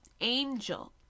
angel